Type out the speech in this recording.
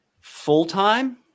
full-time